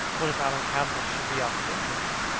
what if alan campbell should be out of england?